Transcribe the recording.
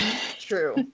true